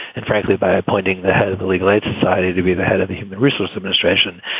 and frankly, by appointing the head of the legal aid society to be the head of the human resource administration,